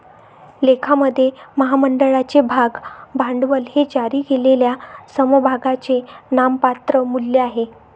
लेखामध्ये, महामंडळाचे भाग भांडवल हे जारी केलेल्या समभागांचे नाममात्र मूल्य आहे